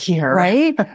right